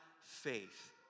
faith